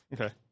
Okay